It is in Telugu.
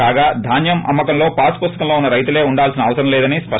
కాగా ధాన్యం అమ్మ కంలో పాస్ పుస్తకంలో ఉన్న రైతులే ఉండాల్సిన అవసరం లేదని స్పష్టం చేశారు